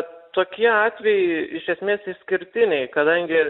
tokie atvejai iš esmės išskirtiniai kadangi